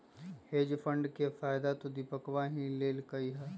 hedge fund के फायदा तो दीपकवा ही लेल कई है